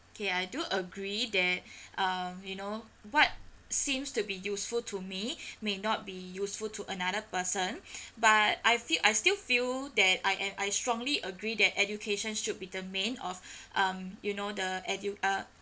okay I do agree that uh you know what seems to be useful to me may not be useful to another person but I feel I still feel that I am I strongly agree that education should be the main of um you know the edu~ uh